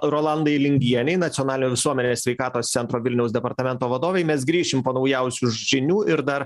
rolandai lingienei nacionalinio visuomenės sveikatos centro vilniaus departamento vadovei mes grįšim po naujausių žinių ir dar